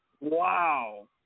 Wow